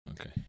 okay